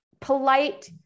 polite